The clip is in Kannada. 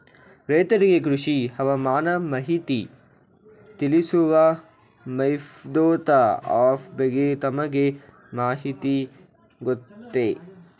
ರೈತರಿಗೆ ಕೃಷಿ ಹವಾಮಾನ ಮಾಹಿತಿ ತಿಳಿಸುವ ಮೇಘದೂತ ಆಪ್ ಬಗ್ಗೆ ತಮಗೆ ಮಾಹಿತಿ ಗೊತ್ತೇ?